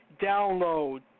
download